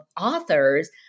authors